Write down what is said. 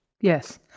Yes